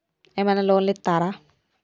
ఏమైనా లోన్లు ఇత్తరా?